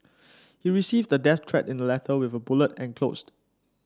he received a death threat in a letter with a bullet enclosed